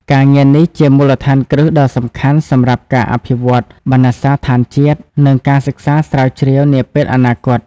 ការងារនេះជាមូលដ្ឋានគ្រឹះដ៏សំខាន់សម្រាប់ការអភិវឌ្ឍបណ្ណសារដ្ឋានជាតិ និងការសិក្សាស្រាវជ្រាវនាពេលអនាគត។